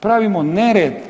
Pravimo nered.